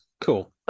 cool